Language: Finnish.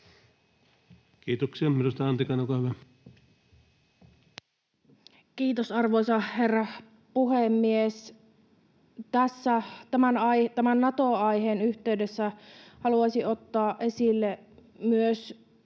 Kiitoksia. — Edustaja Antikainen, olkaa hyvä. Kiitos, arvoisa herra puhemies! Tässä tämän Nato-aiheen yhteydessä haluaisin ottaa esille myös